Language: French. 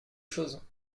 chose